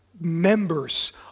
members